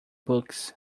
books